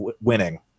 winning